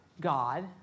God